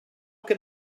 can